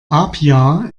apia